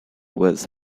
was